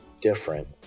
different